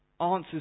answers